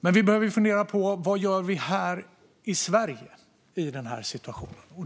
Men vi behöver fundera på vad vi gör här i Sverige i den här situationen.